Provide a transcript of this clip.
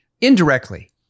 indirectly